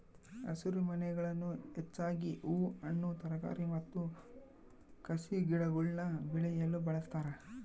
ಹಸಿರುಮನೆಗಳನ್ನು ಹೆಚ್ಚಾಗಿ ಹೂ ಹಣ್ಣು ತರಕಾರಿ ಮತ್ತು ಕಸಿಗಿಡಗುಳ್ನ ಬೆಳೆಯಲು ಬಳಸ್ತಾರ